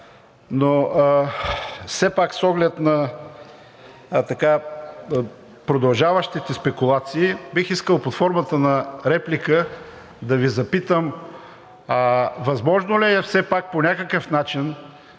за Украйна. С оглед на продължаващите спекулации, бих искал под формата на реплика да Ви запитам: възможно ли все пак по някакъв начин